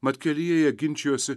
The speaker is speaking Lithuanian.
mat kelyje jie ginčijosi